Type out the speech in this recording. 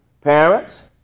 parents